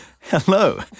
Hello